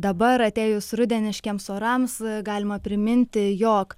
dabar atėjus rudeniškiems orams galima priminti jog